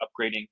upgrading